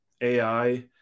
AI